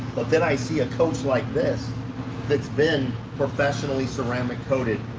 but then i see a coach like this that's been professionally ceramic coated,